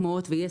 כמו הוט ויס,